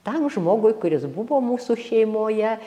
tam žmogui kuris buvo mūsų šeimoje